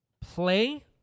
play